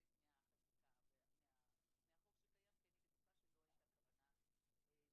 מהחוק שקיים כי אני בטוחה שלא הייתה כוונה לפגוע.